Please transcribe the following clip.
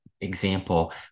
example